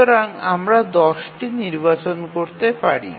সুতরাং আমরা ১০ টি নির্বাচন করতে পারি